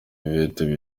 yvette